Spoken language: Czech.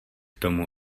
tomu